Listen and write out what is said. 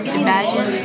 imagine